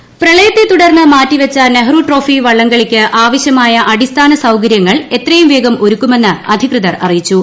Nehru trophy പ്രളയത്തെ തുടർന്ന് മാറ്റിവെച്ച നെഹ്റു ട്രോഫി വള്ളംകളിക്ക് ആവശ്യമായ അടിസ്ഥാന സൌകര്യങ്ങൾ എത്രയും വേഗം ഒരുക്കുമെന്ന് അധികൃതർ അറിയിച്ചു